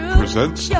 presents